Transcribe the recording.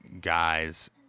guys